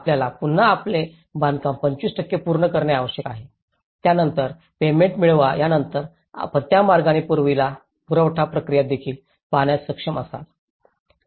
मग आपल्याला पुन्हा आपले बांधकाम 25 पूर्ण करणे आवश्यक आहे त्यानंतर पेमेंट मिळवा त्यानंतर आपण त्या मार्गाने पाठपुरावा प्रक्रिया देखील पाहण्यास सक्षम आहात